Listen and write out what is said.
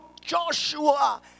Joshua